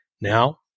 Now